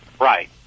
right